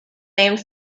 named